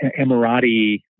Emirati